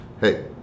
hey